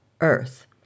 earth